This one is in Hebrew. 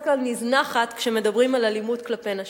כלל נזנחת כשמדברים על אלימות כלפי נשים.